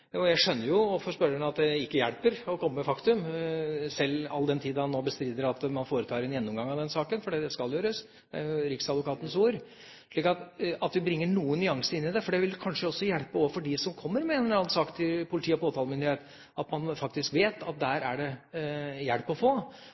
Jeg skjønner jo at det overfor spørreren ikke hjelper å komme med fakta, all den tid han nå bestrider at man foretar en gjennomgang av den saken. Det skal gjøres – det er riksadvokatens ord. Vi må bringe noen nyanser inn i det, for det vil kanskje også hjelpe dem som kommer med en eller annen sak til politi og påtalemyndighet, at man faktisk vet at der er det hjelp å få.